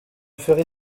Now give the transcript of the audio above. ferai